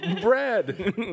bread